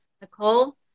Nicole